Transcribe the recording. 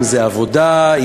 אם עבודה,